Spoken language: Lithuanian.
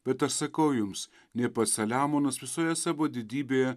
bet aš sakau jums nė pats saliamonas visoje savo didybėje